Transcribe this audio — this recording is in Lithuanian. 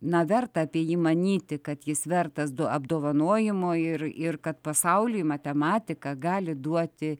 na verta apie jį manyti kad jis vertas apdovanojimo ir ir kad pasauliui matematika gali duoti